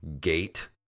gate